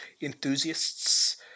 enthusiasts